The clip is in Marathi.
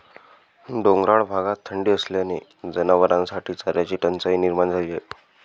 डोंगराळ भागात थंडी असल्याने जनावरांसाठी चाऱ्याची टंचाई निर्माण झाली आहे